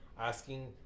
asking